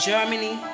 Germany